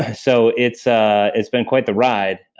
ah so it's ah it's been quite the ride. in